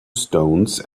stones